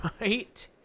Right